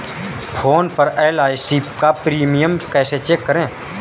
Phone पर LIC का premium कैसे चेक करें?